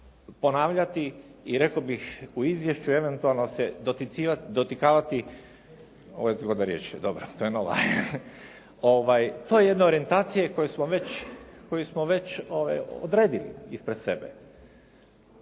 i rekao bih u izvješću eventualno se dotikavati, ovo je zgodna riječ, dobro krenula je, to je jedna orijentacija koju smo već odredili ispred sebe.